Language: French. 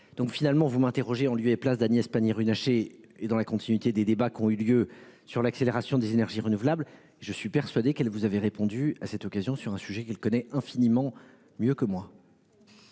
Donc finalement vous m'interrogez, en lieu et place d'Agnès Pannier-Runacher et dans la continuité des débats qui ont eu lieu sur l'accélération des énergies renouvelables. Je suis persuadé qu'elle vous avez répondu à cette occasion sur un sujet qu'il connaît infiniment mieux que moi.